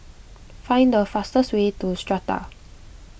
find the fastest way to Strata